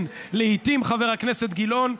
כן, לעיתים, חבר הכנסת גילאון,